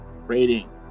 rating